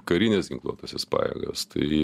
karines ginkluotąsias pajėgas tai